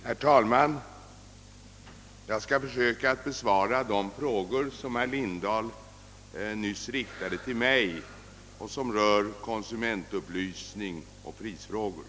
Herr talman! Jag skall försöka besvara de frågor som herr Lindahl nyss riktade till mig och som rör konsumentupplysning och prisfrågor.